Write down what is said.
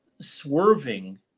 swerving